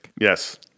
Yes